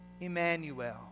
Emmanuel